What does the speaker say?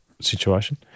situation